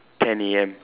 ten A_M